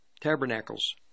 Tabernacles